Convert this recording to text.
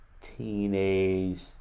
teenage